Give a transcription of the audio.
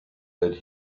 that